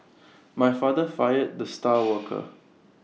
my father fired the star worker